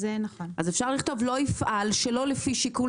אפשר לכתוב "לא יפעל שלא לפי שיקול